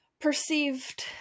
perceived